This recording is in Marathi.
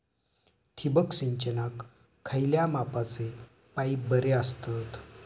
ठिबक सिंचनाक खयल्या मापाचे पाईप बरे असतत?